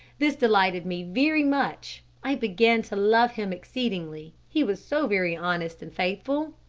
this delighted me very much. i began to love him exceedingly. he was so very honest and faithful.